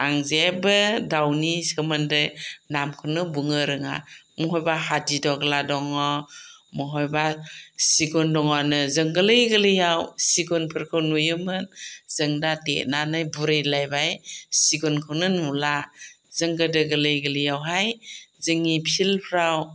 आं जेबो दाउनि सोमोन्दै नामखौनो बुंनो रोङा बहाबा हादिदग्ला दङ बहाबा सिगुन दङनो जों गोरलै गोरलैआव सिगुनफोरखौ नुयोमोन जों दा देरनानै बुरैलायबाय सिगुनखौनो नुला जों गोदो गोरलै गोरलैयावहाय जोंनि फिल्डफोराव